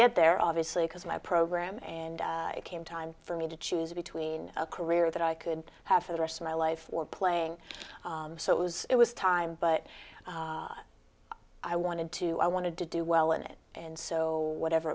get there obviously because of my program and it came time for me to choose between a career that i could have for the rest of my life for playing so it was it was time but i wanted to i wanted to do well in it and so whatever